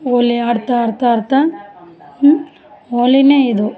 ಹೋಳಿ ಆಡ್ತ ಆಡ್ತ ಆಡ್ತ ಹೋಳಿನೆ ಇದು